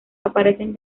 aparecen